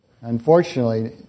unfortunately